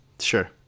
Sure